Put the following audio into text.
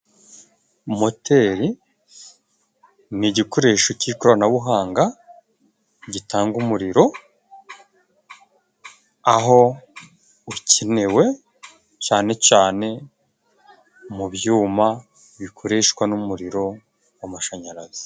Moteri ni igikoresho cy'ikoranabuhanga, gitanga umuriro aho ukenewe, cyane cyane mu byuma bikoreshwa n'umuriro w'amashanyarazi.